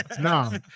no